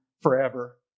forever